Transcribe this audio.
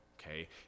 okay